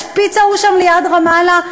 השפיץ ההוא שם ליד רמאללה,